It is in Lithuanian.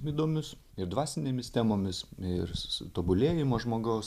įdomius ir dvasinėmis temomis ir su su tobulėjimu žmogaus